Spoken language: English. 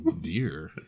dear